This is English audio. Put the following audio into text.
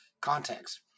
context